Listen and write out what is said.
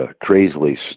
crazily